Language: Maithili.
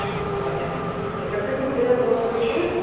तऽ ओतऽ हइ तऽ कतेक रुपैआ दऽ सकैत छियै